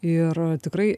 ir tikrai